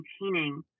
maintaining